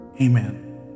Amen